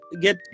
get